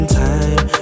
time